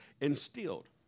instilled